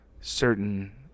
certain